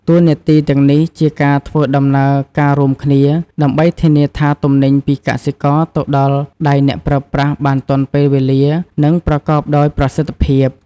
តួនាទីទាំងនេះជាការធ្វើដំណើរការរួមគ្នាដើម្បីធានាថាទំនិញពីកសិករទៅដល់ដៃអ្នកប្រើប្រាស់បានទាន់ពេលវេលា និងប្រកបដោយប្រសិទ្ធភាព។